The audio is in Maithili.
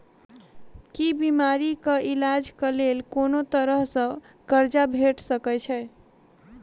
की बीमारी कऽ इलाज कऽ लेल कोनो तरह कऽ कर्जा भेट सकय छई?